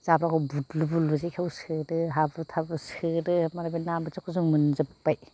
जाब्राखौ बुरलु बुरलु जेखाइआव सोदो हाब्रु थाबु सोदो मालाय बे ना बोथियाखौ जों मोनजोबबाय